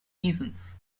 reasons